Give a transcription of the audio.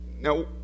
now